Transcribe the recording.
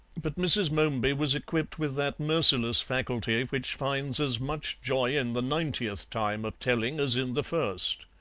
but mrs. momeby was equipped with that merciless faculty which finds as much joy in the ninetieth time of telling as in the first.